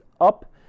up